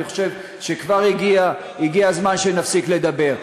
אני חושב שכבר הגיע הזמן שנפסיק לדבר,